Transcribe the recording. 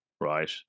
right